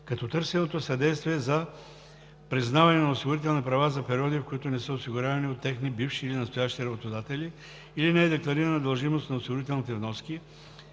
като търсеното съдействие е за: признаване на осигурителни права за периоди, в които не са осигурявани от техни бивши или настоящи работодатели, или не е декларирана дължимост на осигурителни вноски;